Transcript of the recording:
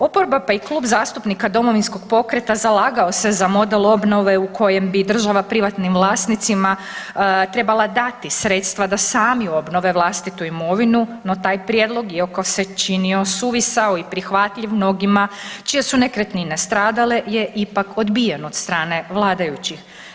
Oporba pa i Klub zastupnika Domovinskog pokreta zalagao se za model obnove u kojem bi država privatnim vlasnicima trebala dati sredstva da sami obnove vlastitu imovinu no taj prijedlog iako se činio suvisao i prihvatljiv mnogima čije su nekretnine stradale je ipak odbijen od strane vladajućih.